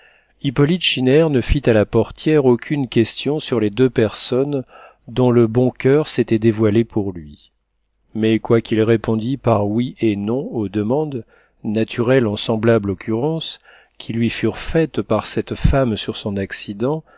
hippolyte schinner ne fit à la portière aucune question sur les deux personnes dont le bon coeur s'était dévoilé pour lui mais quoiqu'il répondît par oui et non aux demandes naturelles en semblable occurrence qui lui furent faites par cette femme sur son accident